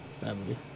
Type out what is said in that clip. Family